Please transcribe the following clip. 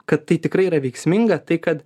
kad tai tikrai yra veiksminga tai kad